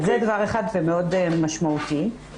זה דבר אחד משמעותי מאוד.